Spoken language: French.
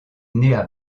née